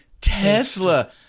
Tesla